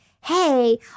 Hey